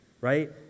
Right